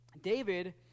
David